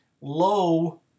low